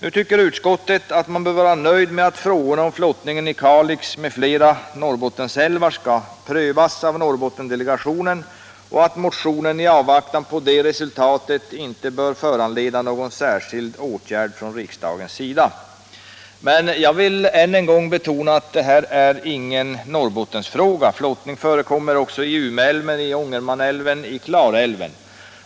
Utskottet anser att man bör vara nöjd med att frågorna om flottningen i Kalix m.fl. Norrbottensälvar skall prövas av Norrbottensdelegationen och att motionen i avvaktan på det resultatet inte bör föranleda någon särskild åtgärd från riksdagens sida. Men jag vill än en gång betona att det här är ingen Norrbottensfråga. Flottning förekommer också i Umeälven, Ångermanälven och Klarälven.